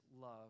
love